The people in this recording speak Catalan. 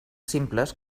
simples